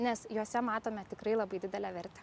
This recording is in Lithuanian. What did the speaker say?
nes juose matome tikrai labai didelę vertę